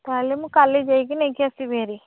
ତାହେଲେ ମୁଁ କାଲି ଯାଇକି ନେଇକି ଆସିବି ହେରି